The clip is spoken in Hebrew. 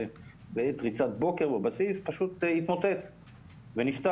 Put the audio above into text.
שבעת ריצת בוקר בבסיס פשוט התמוטט ונפטר.